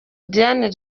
diane